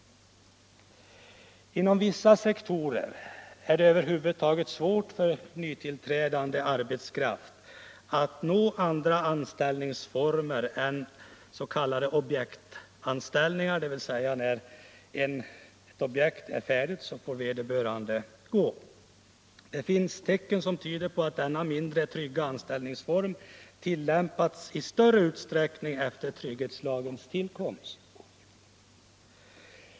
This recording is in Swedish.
Inom vissa sektorer är det över huvud taget svårt för nytillträdande arbetskraft att nå andra anställningsformer än s.k. objektanställningar, dvs. anställningar som upphör när objektet är färdigt. Det finns tecken som tyder på att denna mindre trygga anställningsform tillämpas i större utsträckning efter trygghetslagens tillkomst.